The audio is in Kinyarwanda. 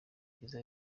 cyiza